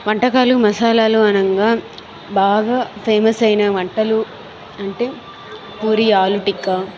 వంటకాలు మసాలాలు అనంగా బాగా ఫేమస్ అయినా వంటలు అంటే పూరి ఆలూ టిక్కా